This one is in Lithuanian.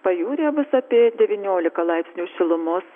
pajūryje bus apie devyniolika laipsnių šilumos